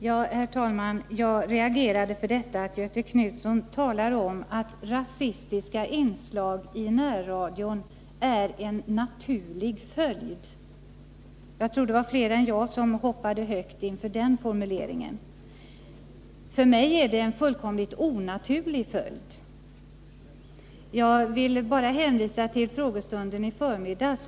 Herr talman! Jag reagerade mot detta att Göthe Knutson talar om att rasistiska inslag i närradion är en naturlig följd. Jag tror att det var fler än jag som hoppade högt inför den formuleringen. För mig är det en fullkomligt onaturlig följd. Jag vill bara hänvisa till frågestunden i förmiddags.